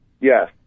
Yes